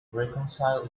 reconcile